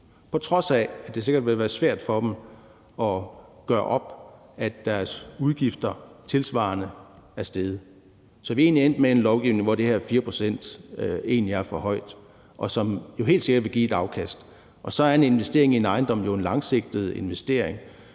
på trods af at det sikkert vil være svært for dem at gøre op, at deres udgifter er steget tilsvarende. Så vi er endt med en lovgivning, hvor de her 4 pct. egentlig er for højt, og det vil jo helt sikkert give et afkast. Og så er en investering i en ejendom jo en langsigtet investering,